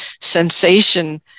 sensation